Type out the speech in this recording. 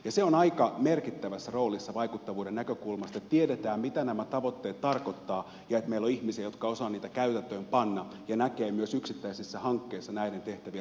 se on aika merkittävässä roolissa vaikuttavuuden näkökulmasta että tiedetään mitä nämä tavoitteet tarkoittavat ja että meillä on ihmisiä jotka osaavat niitä käytäntöön panna ja näkevät myös yksittäisissä hankkeissa näiden tehtävien roolin